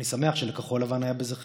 ואני שמח שלכחול לבן היה בזה חלק.